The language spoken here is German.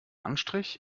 anstrich